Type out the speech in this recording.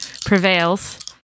prevails